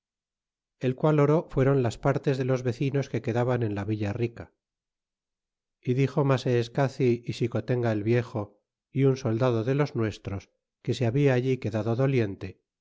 el qual oro fueron las partes de los vecinos que quedaban en la villa rica y dixo masseescaci y xicotenga el viejo y un soldado de los nuestros que se habia allí quedado doliente